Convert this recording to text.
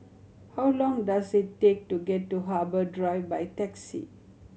how long does it take to get to Harbour Drive by taxi